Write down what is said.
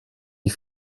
die